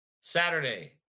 Saturday